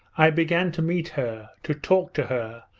i began to meet her, to talk to her,